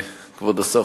כבוד השר,